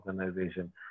organization